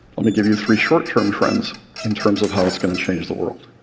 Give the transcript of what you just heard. let me give you three short-term trends in terms of how it's going to change the world.